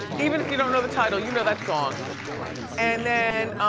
even if you don't know the title, you know that song and then,